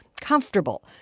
comfortable